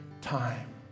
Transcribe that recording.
time